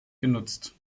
genutzt